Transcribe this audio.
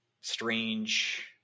strange